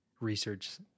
research